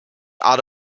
out